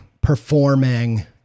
performing